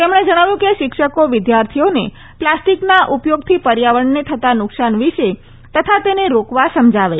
તેમણે જણાવ્યું કે શિક્ષકો વિદ્યાર્થીઓને પ્લાસ્ટિકના ઉપયોગથી પર્યાવરણને થતા નુકસાન વિશે તથા તેને રોકવા સમજાવે